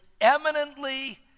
eminently